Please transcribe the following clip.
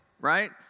right